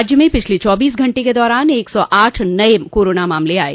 राज्य में पिछले चौबीस घंटे के दौरान एक सौ आठ नये मामले आये